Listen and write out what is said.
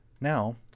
Now